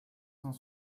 cent